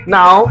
Now